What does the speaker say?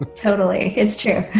totally it's true.